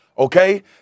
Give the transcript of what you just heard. Okay